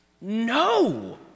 no